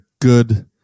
good